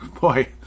boy